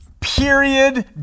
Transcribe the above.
period